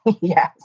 Yes